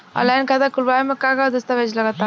Online खाता खूलावे म का का दस्तावेज लगा ता?